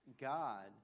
God